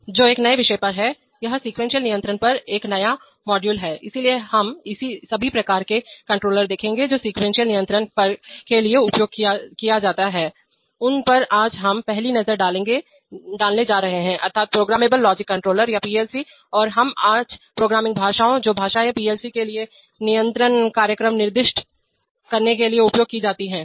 जो एक नए विषय पर है यह सीक्वेंशियल नियंत्रण पर एक नया मॉड्यूल है इसलिए हम सभी प्रकार के कंट्रोलर देखेंगे जो सीक्वेंशियल नियंत्रण के लिए उपयोग किया जाता है उन पर आज हम पहली नजर डालने जा रहे हैं अर्थात् प्रोग्रामेबल लॉजिक कंट्रोलर या PLCs और हम पर आज प्रोग्रामिंग भाषाओं जो भाषा पीएलसी के लिए नियंत्रण कार्यक्रम निर्दिष्ट करने के लिए उपयोग की जाती हैं